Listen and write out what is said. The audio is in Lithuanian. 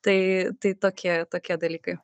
tai tai tokie tokie dalykai